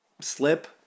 slip